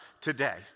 today